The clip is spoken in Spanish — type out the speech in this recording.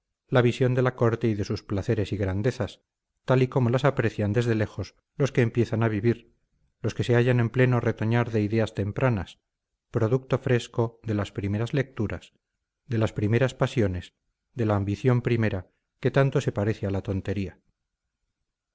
la visión de la corte y de sus placeres y grandezas tal y como las aprecian desde lejos los que empiezan a vivir los que se hallan en pleno retoñar de ideas tempranas producto fresco de las primeras lecturas de las primeras pasiones de la ambición primera que tanto se parece a la tontería